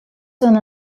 soon